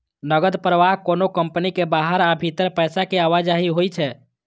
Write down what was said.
नकद प्रवाह कोनो कंपनी के बाहर आ भीतर पैसा के आवाजही होइ छै